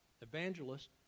evangelist